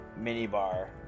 minibar